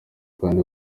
kandi